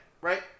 right